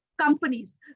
companies